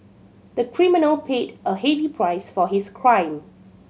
the criminal paid a heavy price for his crime